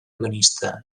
organista